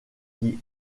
qui